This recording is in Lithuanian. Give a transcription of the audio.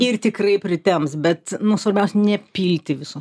ir tikrai pritemps bet nu svarbiausia nepilti visos